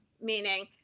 meaning